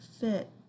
fit